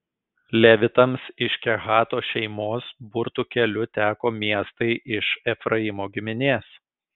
levitams iš kehato šeimos burtų keliu teko miestai iš efraimo giminės